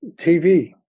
TV